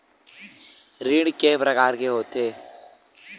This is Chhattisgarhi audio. ऋण के प्रकार के होथे?